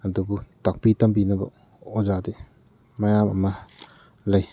ꯑꯗꯨꯕꯨ ꯇꯥꯛꯄꯤ ꯇꯝꯕꯤꯅꯕ ꯑꯣꯖꯥꯗꯤ ꯃꯌꯥꯝ ꯑꯃ ꯂꯩ